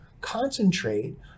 concentrate